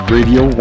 Radio